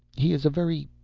he is a very.